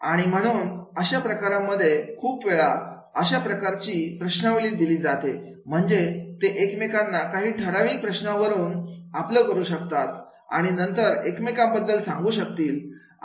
आणि म्हणून अशा प्रकारांमध्ये खूप वेळा अशा प्रकारची प्रश्नावली दिली जाते म्हणजे ते एकमेकांना काही ठराविक प्रश्नावरून आपलं करू शकतात आणि नंतर एकमेकांबद्दल सांगू शकतील